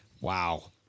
Wow